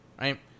Right